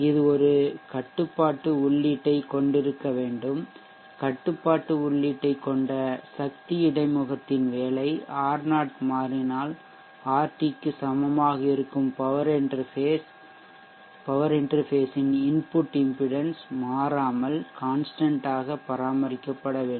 இது ஒரு கட்டுப்பாட்டு உள்ளீட்டைக் கொண்டிருக்க வேண்டும் கட்டுப்பாட்டு உள்ளீட்டைக் கொண்ட சக்தி இடைமுகத்தின் வேலை R0 மாறினால் ஆர்டி க்கு சமமாக இருக்கும் பவர் இன்டெர்ஃபேஷ் இன் இன்புட் இம்பிடென்ஷ் மாறாமல் கான்ஸ்டன்ட் ஆக பராமரிக்கப்பட வேண்டும்